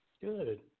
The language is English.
Good